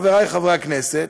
חברי חברי הכנסת,